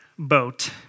Boat